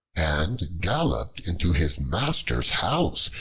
and galloped into his master's house,